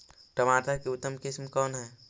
टमाटर के उतम किस्म कौन है?